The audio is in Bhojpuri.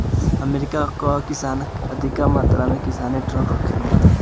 अमेरिका कअ किसान अधिका मात्रा में किसानी ट्रक रखले बाड़न